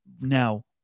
now